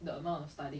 but what has she done